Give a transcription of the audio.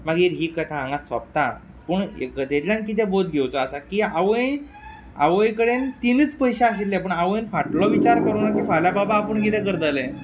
मागीर ही कथा हांगाच सोंपता पूण हे कथेंतल्यान कितें बोध घेवचो आसा की आवय आवय कडेन तीनूच पयशे आशिल्ले पूण आवयन फाटलो विचार करुना की फाल्या बाबा आपूण कितें करतलें